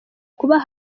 kubaba